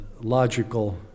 logical